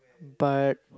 but